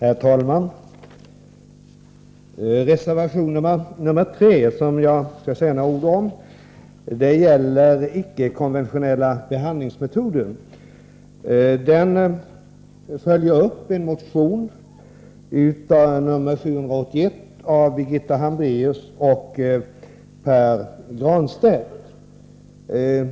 Herr talman! Reservation 3, som jag skall säga några ord om, gäller icke-konventionella behandlingsmetoder. Den följer upp motion 781 av Birgitta Hambraeus och Pär Granstedt.